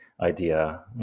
idea